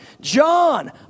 John